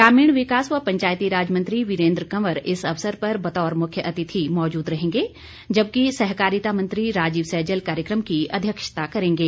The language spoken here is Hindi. ग्रामीण विकास व पंचायती राज मंत्री वीरेंद्र कंवर इस अवसर पर बतौर मुख्य अतिथि मौजूद रहेंगे जबकि सहकारिता मंत्री राजीव सैजल कार्यक्रम की अध्यक्षता करेंगे